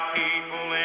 people